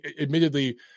admittedly